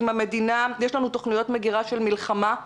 יש לנו תוכניות מגרה של מלחמה,